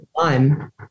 time